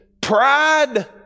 pride